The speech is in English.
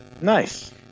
Nice